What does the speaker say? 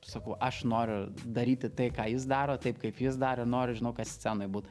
sakau aš noriu daryti tai ką jis daro taip kaip jis darė noriu žinau kad scenoj būt